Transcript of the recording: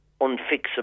unfixable